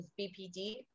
BPD